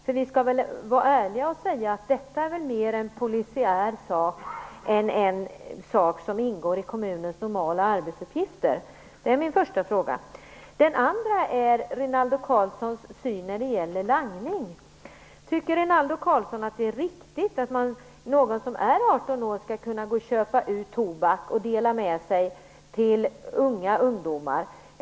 För vi skall väl vara ärliga och säga att detta mer är en polisiär sak än något som ingår i kommunens normala arbetsuppgifter. - Det är min första fråga. Den andra gäller Rinaldo Karlssons syn på langning. Tycker Rinaldo Karlsson att det är riktigt att någon som är 18 år skall kunna gå och köpa ut tobak och dela med sig till yngre ungdomar?